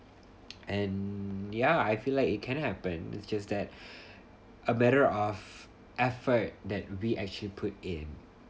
and ya I feel like it can happen it's just that a matter of effort that we actually put in